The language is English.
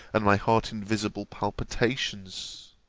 and my heart in visible palpitations.